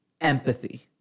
empathy